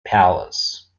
palace